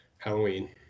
Halloween